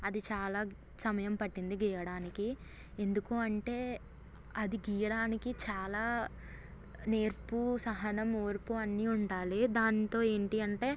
అది చాలా సమయం పట్టింది గీయడానికి ఎందుకు అంటే అది గీయడానికి చాలా నేర్పు సహనం ఓర్పు అన్నీ ఉండాలి దాంతో ఏంటి అంటే